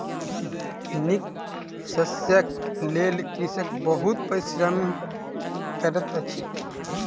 नीक शस्यक लेल कृषक बहुत परिश्रम करैत अछि